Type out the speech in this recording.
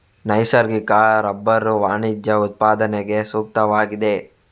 ನೈಸರ್ಗಿಕ ರಬ್ಬರು ವಾಣಿಜ್ಯ ಉತ್ಪಾದನೆಗೆ ಸೂಕ್ತವಾಗಿದೆ